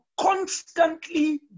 constantly